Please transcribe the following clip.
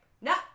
No